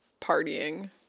partying